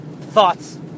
thoughts